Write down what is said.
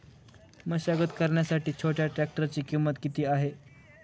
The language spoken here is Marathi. मशागत करण्यासाठी छोट्या ट्रॅक्टरची किंमत किती आहे?